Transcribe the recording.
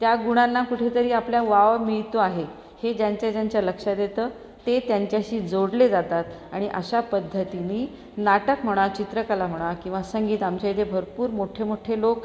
त्या गुणांना कुठेतरी आपला वाव मिळतो आहे हे ज्यांच्या ज्यांच्या लक्षात येतं ते त्यांच्याशी जोडले जातात आणि अशा पद्धतीनी नाटक म्हणा चित्रकला म्हणा किंवा संगीत आमचे जे भरपूर मोठे मोठे लोक